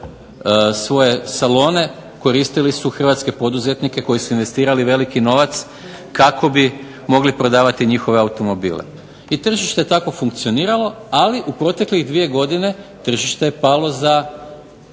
svoje salone koristili su Hrvatske poduzetnike koji su investirali veliki novac kako bi mogli prodavati njihove automobile i tržište je tako funkcioniralo ali u proteklih 2 godine tržište je palo za